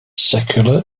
secular